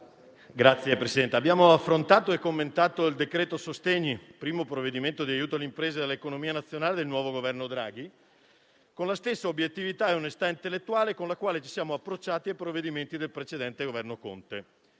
abbiamo affrontato e commentato il decreto-legge sostegni - primo provvedimento di aiuto alle imprese e all'economia nazionale del nuovo Governo Draghi - con la stessa obiettività e con la stessa onestà intellettuale con le quali ci siamo approcciati ai provvedimenti del precedente Governo Conte